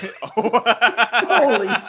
Holy